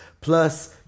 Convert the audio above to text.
plus